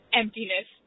emptiness